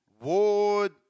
Ward